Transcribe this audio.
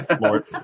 More